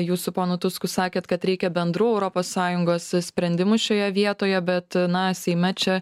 jūs su ponu tusku sakėt kad reikia bendrų europos sąjungos sprendimų šioje vietoje bet na seime čia